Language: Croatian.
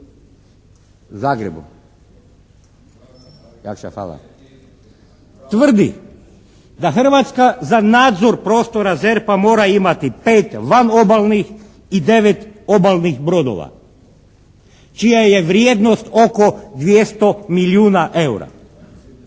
Zagrebu. Jakša hvala. Tvrdi da Hrvatska za nadzor prostora ZERP-a mora imati 5 vanobalnih i 9 obalnih brodova čija je vrijednost oko 200 milijuna eura